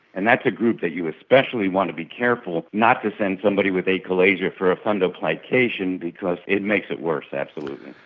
and that's a group that you especially want to be careful of, not to send somebody with achalasia for a fundoplication because it makes it worse, absolutely.